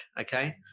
okay